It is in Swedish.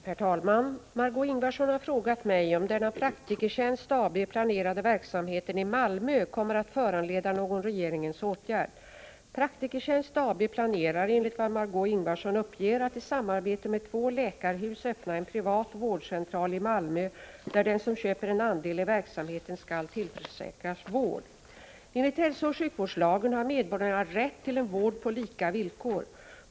Herr talman! Margö Ingvardsson har frågat mig om den av Praktikertjänst AB planerade verksamheten i Malmö kommer att föranleda någon regeringens åtgärd. Praktikertjänst AB planerar, enligt vad Margö Ingvardsson uppger, att i samarbete med två läkarhus öppna en privat vårdcentral i Malmö där den som köper en andel i verksamheten skall tillförsäkras vård. Enligt hälsooch sjukvårdslagen har medborgarna rätt till en vård på lika villkor.